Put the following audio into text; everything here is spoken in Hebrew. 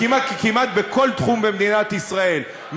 כמעט בכל תחום במדינת ישראל,